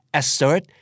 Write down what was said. assert